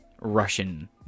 russian